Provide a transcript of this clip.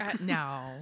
No